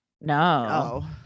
no